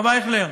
הרב אייכלר,